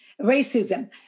racism